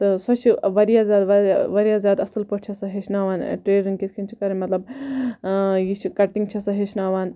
تہٕ سۄ چھِ واریاہ زیاد واریاہ واریاہ زیاد اصل پٲٹھۍ چھِ سۄ ہیٚچھناوان ٹیلرِنٛگ کِتھ کٔنۍ چھِ کَرٕنۍ مَطلَب یہِ چھِ کَٹِنٛگ چھِ سۄ ہیٚچھناوان